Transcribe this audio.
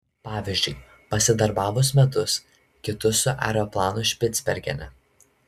pavyzdžiui pasidarbavus metus kitus su aeroplanu špicbergene